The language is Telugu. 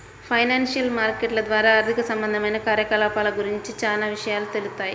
ఫైనాన్షియల్ మార్కెట్ల ద్వారా ఆర్థిక సంబంధమైన కార్యకలాపాల గురించి చానా విషయాలు తెలుత్తాయి